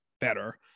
better